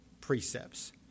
precepts